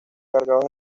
cargados